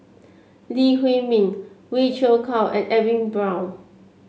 Lee Huei Min Wee Cho call and Edwin Brown